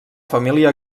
família